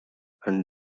and